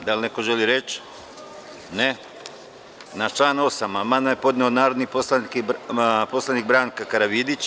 Da li neko želi reč? (Ne) Na član 8. amandman je podneo narodni poslanik Branka Karavidić.